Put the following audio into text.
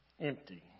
Empty